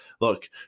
look